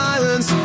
Silence